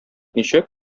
ничек